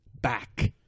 back